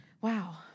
wow